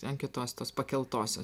ant kitos tos pakeltosios